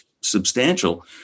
substantial